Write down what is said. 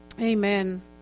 Amen